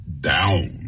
down